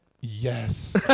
Yes